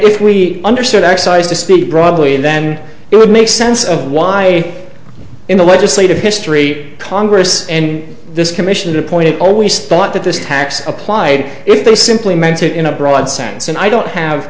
if we understood excise to speak broadly and then it would make sense of why in the legislative history congress and this commission appointed always thought that this tax applied if there is simply magic in a broad sense and i don't have